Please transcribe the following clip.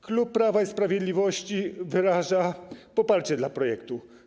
Klub Prawa i Sprawiedliwości wyraża poparcie dla projektu.